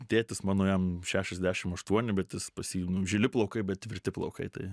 tėtis mano jam šešiasdešim aštuoni bet jis pas jį nu žili plaukai bet tvirti plaukai tai